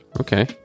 okay